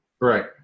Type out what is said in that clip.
Right